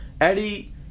Eddie